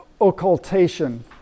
occultation